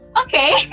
okay